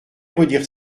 redire